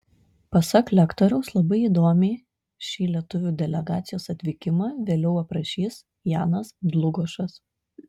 pasak lektoriaus labai įdomiai šį lietuvių delegacijos atvykimą vėliau aprašys janas dlugošas